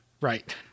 Right